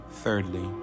Thirdly